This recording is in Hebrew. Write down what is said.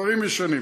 אלה דברים ישנים.